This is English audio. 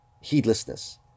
Heedlessness